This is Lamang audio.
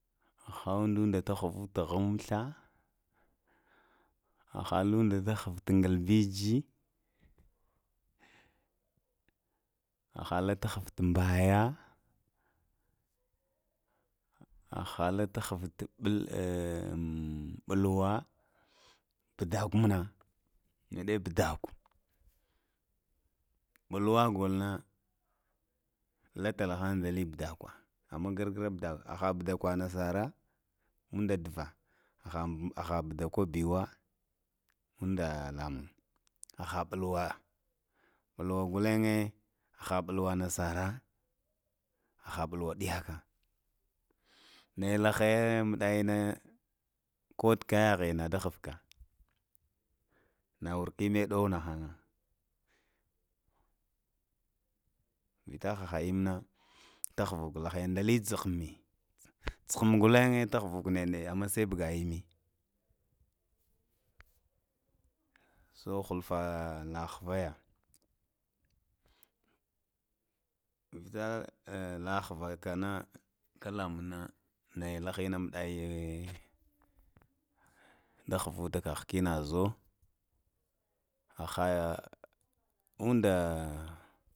Ha ha ondunda ta ghvanta ghamtha ha ha luŋda to ghvunta galvəzə ha ha linda to ghvunta gbəya, ha ha lita ghvanta ɓulwa ɓuɗakwa mana, ɓalwa gulna latalahan da li baɗakwa amma gargara ɓuda kwa ha ha ɓadaƙwa nasara ənɗənɗa ha ha badakwa bəwa uŋda lamunŋ, ha ha ɓalwa, ɓulwa ghalenŋhe ha ha ɓulwa nasara ha ha ɓulwa ghaka naya lahagaya maɗayina na ko tu kayaghe aee na da ghvaka na warka immu ɗuwana ah ah, vitah ha ha ha immi nana ta ghvuko laya yana da lee ghunŋmi ghunŋ gotaŋ tughvaku neɗtnneɗe amma sai avalah immi su hufta la ghva ya vitalaghua kana ka lamunŋ na nayalaha ya maɗin ne da ghvata kagha kene zo, ha ha uzda